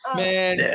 man